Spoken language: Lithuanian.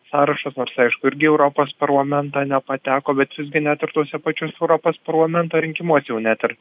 sąrašas nors aišku irgi į europos parlamentą nepateko bet visgi net ir tuose pačiuose europos parlamento rinkimuose jau net ir